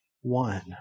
one